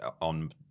on